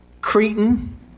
Cretan